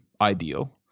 ideal